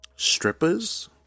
Strippers